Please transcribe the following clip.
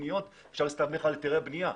תוכניות אלא אפשר להסתמך על היתרי בנייה.